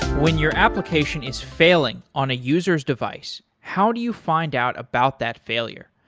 when your application is failing on a user s device, how do you find out about that failure?